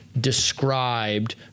described